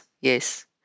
yes